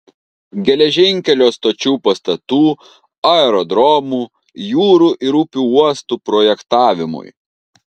geležinkelių stočių pastatų aerodromų jūrų ir upių uostų projektavimui